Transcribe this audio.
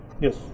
Yes